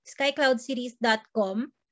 skycloudseries.com